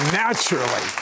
naturally